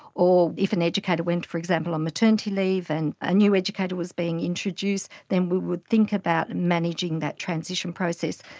or if an educator went, for example, on maternity leave and a new educator was being introduced, then we would think about managing that transition process.